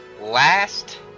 Last